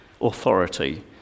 authority